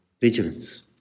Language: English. vigilance